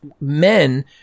men